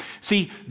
See